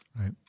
Right